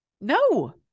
no